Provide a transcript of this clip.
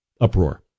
uproar